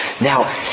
Now